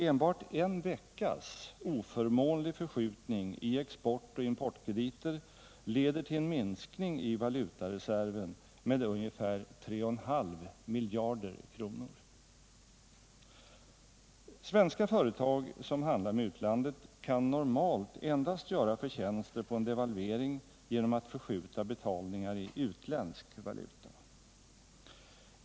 Enbart en veckas oförmånlig förskjutning i export och importkrediter leder till en minskning i valutareserven med ungefär 3,5 miljarder kronor. Svenska företag som handlar med utlandet kan normalt göra förtjänster på en devalvering endast genom att förskjuta betalningar i utländsk valuta.